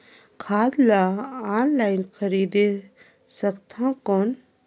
खाद ला ऑनलाइन खरीदे सकथव कौन?